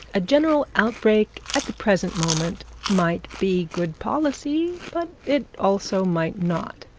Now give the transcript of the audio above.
a general outbreak at the present moment might be good policy, but it also might not.